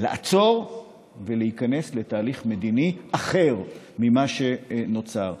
לעצור ולהיכנס לתהליך מדיני אחר ממה שנוצר.